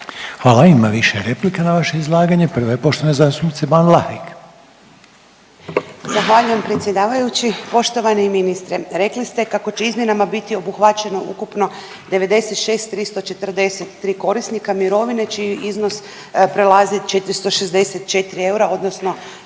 Hvala, ima više replika na vaše izlaganje, prva je poštovane zastupnice Ban Vlahek. **Ban, Boška (SDP)** Zahvaljujem predsjedavajući. Poštovani ministre, rekli ste kako će izmjenama biti obuhvaćeno ukupno 96.343 korisnika mirovine čiji iznos prelazi 464 eura odnosno